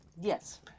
Yes